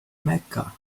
mecca